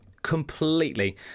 Completely